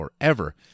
forever